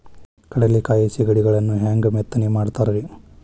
ಕಡಲೆಕಾಯಿ ಸಿಗಡಿಗಳನ್ನು ಹ್ಯಾಂಗ ಮೆತ್ತನೆ ಮಾಡ್ತಾರ ರೇ?